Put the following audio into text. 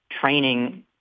training